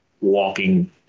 walking